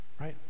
right